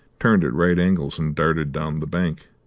turned at right angles and darted down the bank.